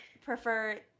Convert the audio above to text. prefer